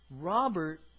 Robert